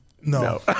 No